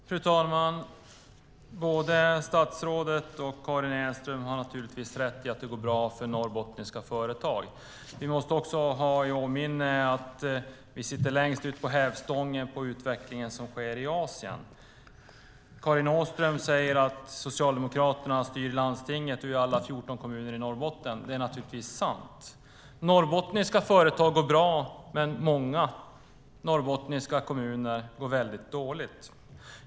Fru talman! Både statsrådet och Karin Åström har naturligtvis rätt i att det går bra för norrbottniska företag. Vi måste också ha i åtanke att vi sitter längst ut på hävstången när det gäller utvecklingen som sker i Asien. Karin Åström säger att Socialdemokraterna styr landstinget och alla 14 kommuner i Norrbotten. Det är naturligtvis sant. Norrbottniska företag går bra, men många norrbottniska kommuner går väldigt dåligt.